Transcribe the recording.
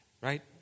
right